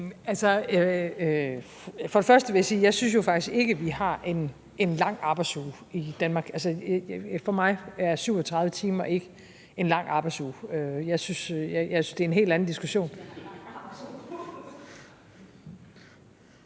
Frederiksen): Først vil jeg sige, at jeg jo faktisk ikke synes, at vi har en lang arbejdsuge i Danmark. For mig er 37 timer ikke en lang arbejdsuge. Det er en helt anden diskussion.